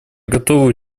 готовы